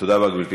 תודה רבה, גברתי.